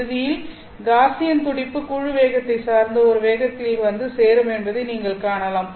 இறுதியில் காஸியன் துடிப்பு குழு வேகத்தை சார்ந்த ஒரு வேகத்திற்கு வந்து சேரும் என்பதை நீங்கள் காணலாம்